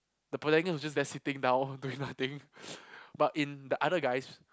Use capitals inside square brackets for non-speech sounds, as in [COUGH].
the protagonist was just sitting down doing nothing [BREATH] but in the other guys